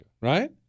right